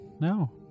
No